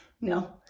no